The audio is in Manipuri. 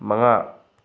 ꯃꯉꯥ